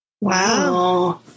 wow